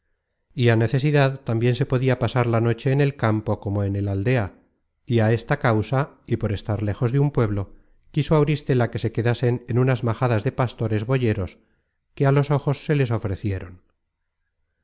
y á necesidad tambien se podia pasar la noche en el campo como en el aldea y á esta causa y por estar léjos un pueblo quiso auristela que se quedasen en unas majadas de pastores boyeros que á los ojos se les ofrecieron